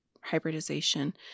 hybridization